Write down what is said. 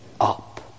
up